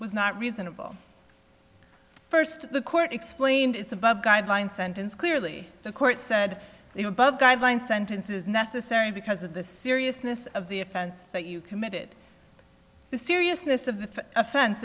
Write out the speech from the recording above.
was not reasonable first the court explained its above guideline sentence clearly the court said they were both guideline sentences necessary because of the seriousness of the offense that you committed the seriousness of the offense